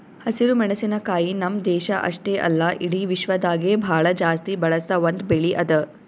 ಹಸಿರು ಮೆಣಸಿನಕಾಯಿ ನಮ್ಮ್ ದೇಶ ಅಷ್ಟೆ ಅಲ್ಲಾ ಇಡಿ ವಿಶ್ವದಾಗೆ ಭಾಳ ಜಾಸ್ತಿ ಬಳಸ ಒಂದ್ ಬೆಳಿ ಅದಾ